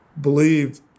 believed